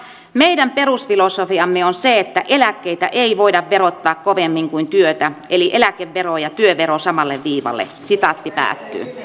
meidän perusfilosofiamme on se että eläkkeitä ei voida verottaa kovemmin kuin työtä eli eläkevero ja työvero samalle viivalle